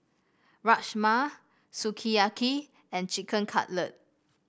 Rajma Sukiyaki and Chicken Cutlet